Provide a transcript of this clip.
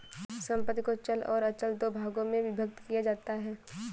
संपत्ति को चल और अचल दो भागों में विभक्त किया जाता है